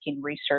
research